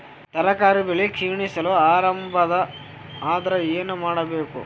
ತರಕಾರಿ ಬೆಳಿ ಕ್ಷೀಣಿಸಲು ಆರಂಭ ಆದ್ರ ಏನ ಮಾಡಬೇಕು?